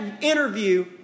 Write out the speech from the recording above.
interview